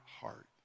heart